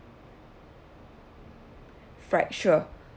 fried sure